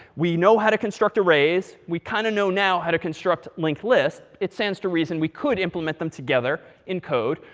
we know how to construct arrays. we kind of know now how to construct linked lists. it stands to reason we could implement them together in code.